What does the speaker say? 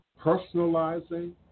Personalizing